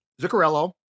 Zuccarello